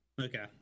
okay